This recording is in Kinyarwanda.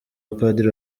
abapadiri